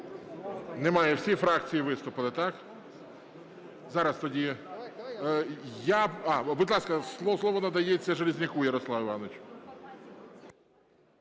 Немає. Всі фракції виступили, так? А, будь ласка, слово надається Железняку Ярославу Івановичу.